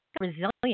resilient